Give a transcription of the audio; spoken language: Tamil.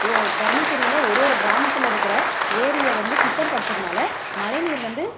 ஓ தர்மபுரியில் ஒரு ஒரு கிராமத்தில் இருக்கிற ஏரியை வந்து சுத்தப்படுத்துகிறனால மழை நீர் வந்து